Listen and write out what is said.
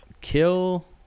Kill